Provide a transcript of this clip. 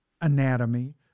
anatomy